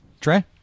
Trey